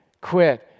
quit